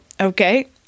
okay